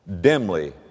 dimly